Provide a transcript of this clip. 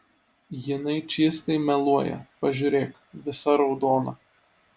jinai čystai meluoja pažiūrėk visa raudona